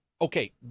okay